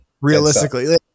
Realistically